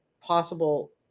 possible